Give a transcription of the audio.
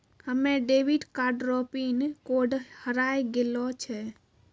हमे debit card रो pin code हेराय गेलो छै